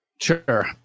Sure